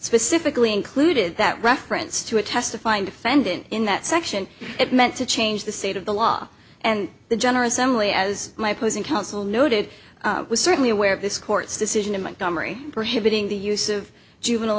specifically included that reference to a testifying defendant in that section it meant to change the state of the law and the general assembly as my opposing counsel noted was certainly aware of this court's decision in montgomery for having the use of juvenile